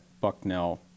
Bucknell